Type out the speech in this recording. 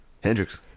Hendrix